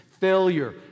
failure